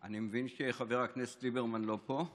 אני מבין שחבר הכנסת ליברמן לא פה.